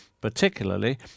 particularly